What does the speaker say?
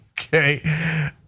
Okay